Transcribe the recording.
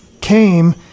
came